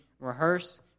rehearse